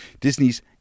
Disney's